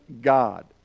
God